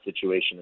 situation